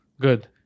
Good